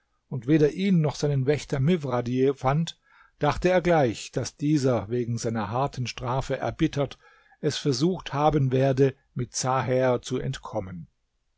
und weder ihn noch seinen wächter mifradj fand dachte er gleich daß dieser wegen seiner harten strafe erbittert es versucht haben werde mit zaher zu entkommen